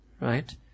Right